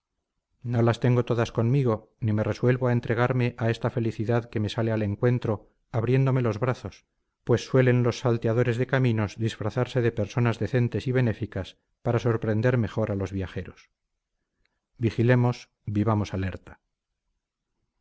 no las tengo todas conmigo ni me resuelvo a entregarme a esta felicidad que me sale al encuentro abriéndome los brazos pues suelen los salteadores de caminos disfrazarse de personas decentes y benéficas para sorprender mejor a los viajeros vigilemos vivamos alerta